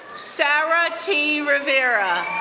sarah t. rivera,